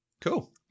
Cool